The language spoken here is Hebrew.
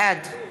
בעד